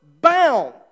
bound